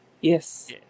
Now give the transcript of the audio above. Yes